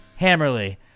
Hammerly